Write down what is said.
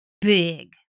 big